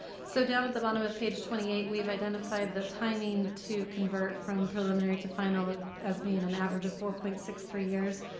so down at the bottom of page twenty eight, we have identified the timing to convert from preliminary to final ah as being an average of four point six three years,